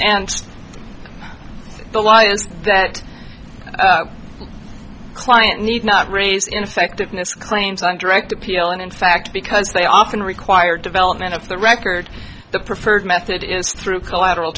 and the law is that client need not raise ineffectiveness claims on direct appeal and in fact because they often require development of the record the preferred method is through collateral